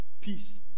peace